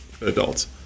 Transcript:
adults